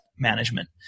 management